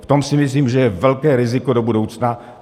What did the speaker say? V tom si myslím, že je velké riziko do budoucna.